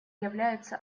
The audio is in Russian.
является